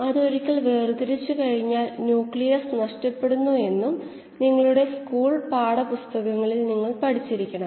ഇപ്പോൾ ഇതിനെക്കുറിച്ച് കുറച്ചുകൂടെ നന്നായി മനസ്സിലാക്കാൻ നമുക്ക് ശ്രമിക്കാം